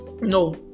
No